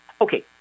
Okay